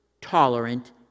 tolerant